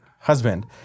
husband